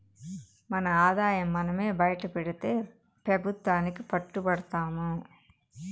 మన ఆదాయం మనమే బైటపెడితే పెబుత్వానికి పట్టు బడతాము